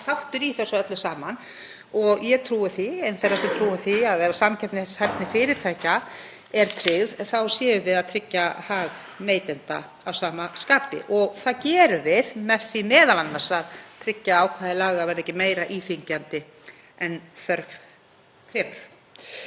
þáttur í þessu öllu saman. Ég er ein þeirra sem trúa því að ef samkeppnishæfni fyrirtækja er tryggð þá séum við að tryggja hag neytenda að sama skapi. Það gerum við með því m.a. að tryggja að ákvæði laga verði ekki meira íþyngjandi en þörf krefur.